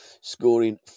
scoring